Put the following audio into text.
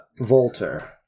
Volter